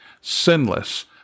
sinless